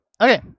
Okay